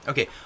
Okay